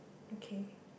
okay